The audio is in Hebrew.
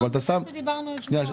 מה שדיברנו אתמול.